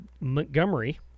Montgomery